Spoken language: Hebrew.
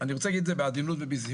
אני רוצה להגיד אותו בעדינות ובזהירות,